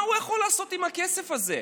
מה הוא יכול לעשות עם הכסף הזה?